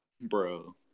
bro